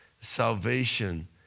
salvation